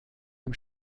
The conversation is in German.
dem